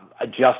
adjust